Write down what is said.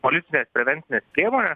policines prevencines priemones